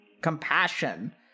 compassion